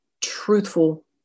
truthful